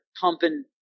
pumping